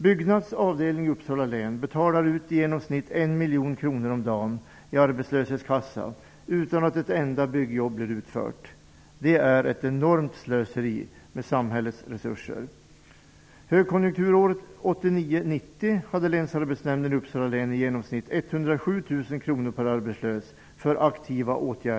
Byggnads avdelning i Uppsala län betalar i genomsnitt ut en miljon kronor om dagen i arbetslöshetskassa utan att ett enda byggjobb blir utfört. Det är ett enormt slöseri med samhällets resurser. 80 000 kr per arbetslös.